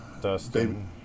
Dustin